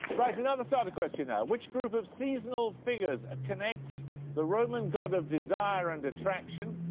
right, another starter question now. which group of seasonal figures connects the roman god of desire and attraction,